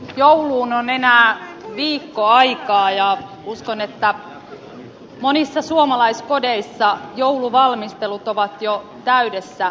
jouluun on enää viikko aikaa ja uskon että monissa suomalaiskodeissa jouluvalmistelut ovat jo täydessä tohinassa